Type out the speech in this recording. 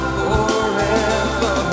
forever